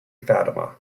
fatima